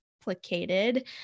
complicated